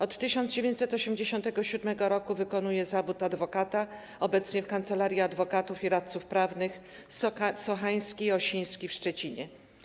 Od 1987 r. wykonuje zawód adwokata, obecnie w kancelarii adwokatów i radców prawnych Sochański i Osiński w Szczecinie.